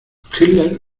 hitler